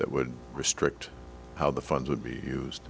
that would restrict how the funds would be used